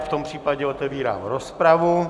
V tom případě otevírám rozpravu.